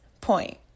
point